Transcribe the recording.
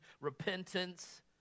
repentance